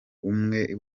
umwe